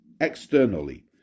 externally